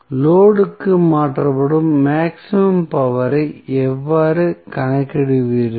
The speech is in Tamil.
லோடு க்கு மாற்றப்படும் மேக்ஸிமம் பவர் ஐ எவ்வாறு கணக்கிடுவீர்கள்